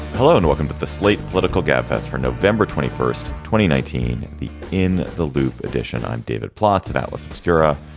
hello and welcome to but the slate political gabfest for november twenty first, twenty nineteen the in the loop edition i'm david plotz of atlas obscura,